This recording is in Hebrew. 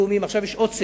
עכשיו יש עוד סקר.